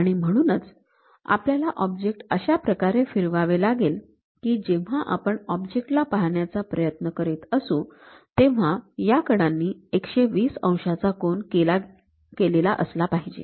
आणि म्हणूनच आपल्याला ऑब्जेक्ट अशा प्रकारे फिरवावे लागेल की जेव्हा आपण ऑब्जेक्ट ला पाहण्याचा प्रयत्न करीत असू तेव्हा या कडांनी १२० अंशाचा कोन केलेला असला पाहिजे